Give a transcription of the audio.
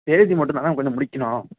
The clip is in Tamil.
தேதி மாட்டும்தாண்ண கொஞ்சம் முடிக்கணும்